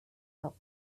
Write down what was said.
help